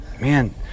man